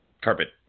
Carpet